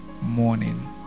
morning